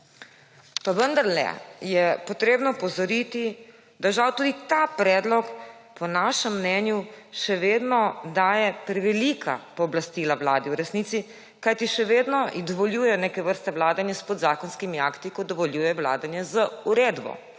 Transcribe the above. Pa vendarle je treba opozoriti, da žal tudi ta predlog po našem mnenju še vedno daje prevelika pooblastila vladi, kajti še vedno ji dovoljuje neke vrste vladanja s podzakonskimi akti, ko dovoljuje vladanje z uredbo,